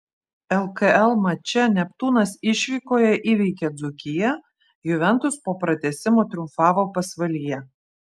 lkl mače neptūnas išvykoje įveikė dzūkiją juventus po pratęsimo triumfavo pasvalyje